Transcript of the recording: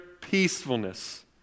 peacefulness